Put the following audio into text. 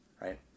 right